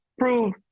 prove